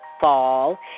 fall